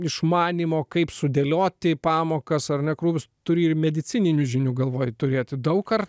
išmanymo kaip sudėlioti pamokas ar ne krūvius turi ir medicininių žinių galvoj turėti daug ar